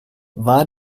war